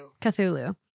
Cthulhu